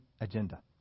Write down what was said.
agenda